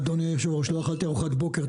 אדוני היושב-ראש, לא אכלתי ארוחת בוקר.